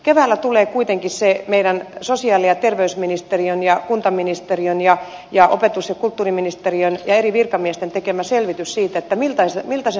keväällä tulee kuitenkin se sosiaali ja terveysministeriön ja kuntaministeriön ja opetus ja kulttuuriministeriön ja eri virkamiesten tekemä selvitys siitä miltä se kuntakenttä näyttää